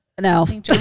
No